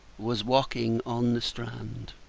was walking on the strand.